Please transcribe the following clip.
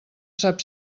sap